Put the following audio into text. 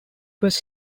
was